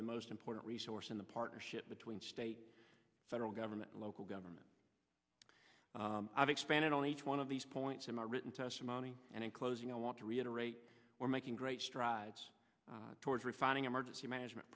the most important resource in the partnership between state federal government and local government i've expanded on each one of these points in my written testimony and in closing i want to reiterate we're making great strides towards refining emergency management